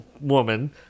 woman